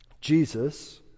Jesus